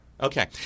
Okay